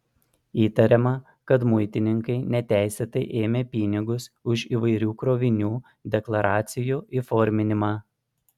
įtariama kad muitininkai neteisėtai ėmė pinigus už įvairių krovinių deklaracijų įforminimą